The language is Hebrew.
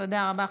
תודה רבה,